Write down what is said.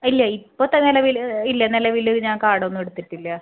ഇല്ല ഇപ്പോഴത്തെ നിലവിൽ ഇല്ല നിലവിൽ ഞാൻ കാഡൊന്നുവെടുത്തിട്ടില്ല